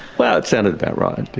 well, it sounded about right!